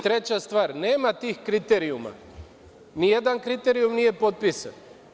Treća stvar, nema tih kriterijuma, nijedan kriterijum nije potpisan.